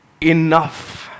enough